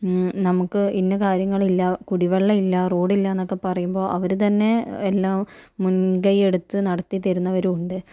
നമുക്ക് ഇന്ന കാര്യങ്ങളില്ല കുടിവെള്ളം ഇല്ലാ റോഡ് ഇല്ലാ എന്ന് ഒക്കെ പറയുമ്പോൾ അവർ തന്നെ എല്ലാം മുൻകൈ എടുത്തു നടത്തിത്തരുന്നവരും ഉണ്ട്